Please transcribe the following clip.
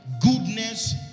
Goodness